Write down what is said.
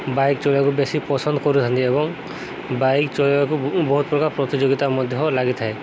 bike ଚଲେଇବାକୁ ବେଶୀ ପସନ୍ଦ କରଥାନ୍ତି ଏବଂ ବାଇକ୍ ଚଲେଇବାକୁ ବହୁତ ପ୍ରକାର ପ୍ରତିଯୋଗିତା ମଧ୍ୟ ଲାଗିଥାଏ